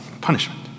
punishment